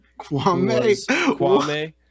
Kwame